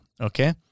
okay